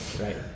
right